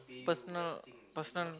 personal personal